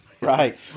right